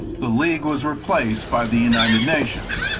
the league was replaced by the united nations.